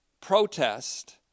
protest